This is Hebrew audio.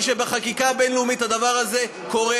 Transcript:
שבחקיקה הבין-לאומית הדבר הזה קורה.